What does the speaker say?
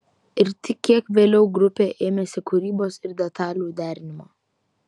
ir tik kiek vėliau grupė ėmėsi kūrybos ir detalių derinimo